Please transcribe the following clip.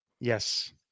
Yes